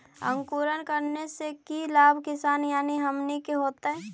अंकुरण करने से की लाभ किसान यानी हमनि के होतय?